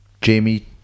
Jamie